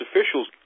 officials